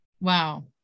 Wow